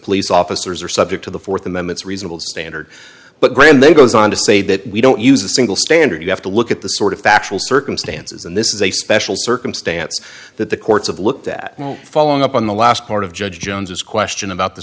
police officers are subject to the th amendments reasonable standard but graham then goes on to say that we don't use a single standard you have to look at the sort of factual circumstances and this is a special circumstance that the courts of looked at following up on the last part of judge jones is question about the